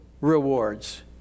rewards